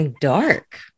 dark